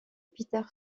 peter